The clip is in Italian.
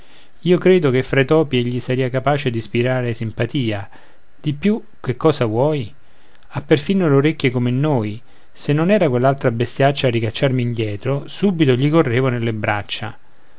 io credo che fra i topi egli sarìa capace d'ispirare simpatia di più che cosa vuoi ha perfino le orecchie come noi se non era quell'altra bestiaccia a ricacciarmi indietro subito gli correvo nelle braccia